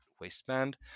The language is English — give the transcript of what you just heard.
waistband